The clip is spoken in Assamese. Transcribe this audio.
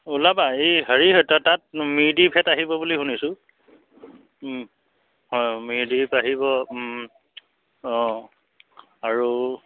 ওলাবা এই হেৰি হয় তাত মিৰ্দ্বীপহঁত আহিব বুলি শুনিছোঁ হয় হয় মিৰ্দ্বীপ আহিব অঁ আৰু